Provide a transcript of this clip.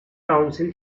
council